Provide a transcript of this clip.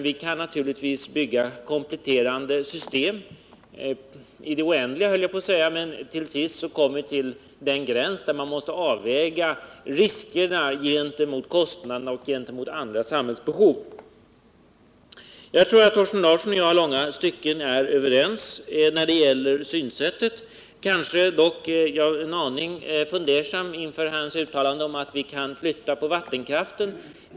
Vi kan naturligtvis bygga kompletterande system — i det oändliga höll jag på att säga — men till sist kommer vi till den gräns där vi måste avväga riskerna mot kostnaderna och andra samhällsbehov. Jag tror att Thorsten Larsson och jag i långa stycken är överens när det gäller synsättet. Jag är dock en aning fundersam inför hans uttalande att vi kan flytta vattenkraften.